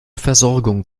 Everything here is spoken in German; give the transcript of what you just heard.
versorgung